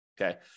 okay